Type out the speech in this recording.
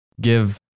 give